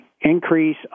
increase